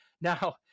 now